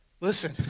Listen